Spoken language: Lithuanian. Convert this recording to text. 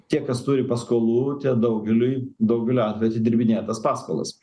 tie kas turi paskolų tie daugeliui daugeliu atvejų atidirbinėja tas paskolas